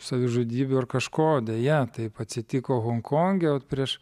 savižudybių ar kažko deja taip atsitiko honkonge vat prieš